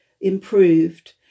improved